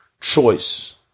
choice